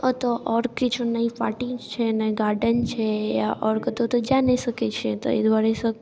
ओतए आओर किछु नहि पार्टी छै नहि गार्डेन छै आओर कतौ तऽ जा नहि सकै छी ताहि दुआरे सँ